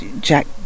Jack